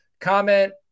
comment